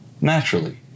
naturally